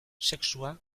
sexua